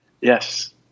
Yes